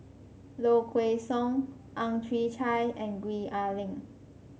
Low Kway Song Ang Chwee Chai and Gwee Ah Leng